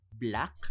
black